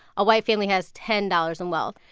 a white family has ten dollars in wealth.